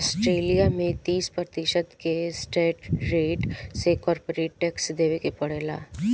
Australia में तीस प्रतिशत के स्टैंडर्ड रेट से कॉरपोरेट टैक्स देबे के पड़ेला